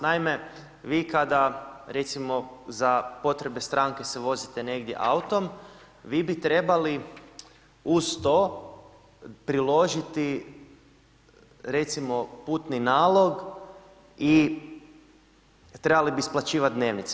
Naime, vi kada, recimo za potrebe stranke se vozite negdje autom, vi bi trebali uz to priložiti recimo putni nalog i trebali bi isplaćivati dnevnice.